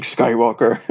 Skywalker